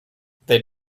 they